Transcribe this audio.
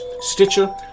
Stitcher